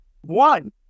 One